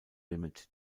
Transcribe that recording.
limited